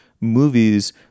movies